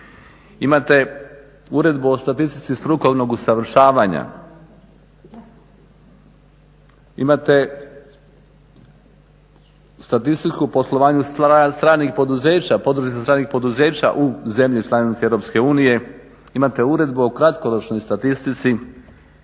Imate Uredbu o statistici strukovnog usavršavanja, imate Statistiku o poslovanju stranih poduzeća, podružnice stranih poduzeća u zemlji članice EU, imate Uredbu o kratkoročnoj statistici,